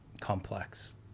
complex